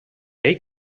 ell